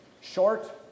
short